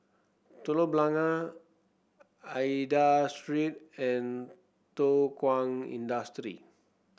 Telok Blangah Aida Street and Thow Kwang Industry